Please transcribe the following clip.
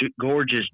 gorgeous